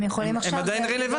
הם עדיין רלוונטיים.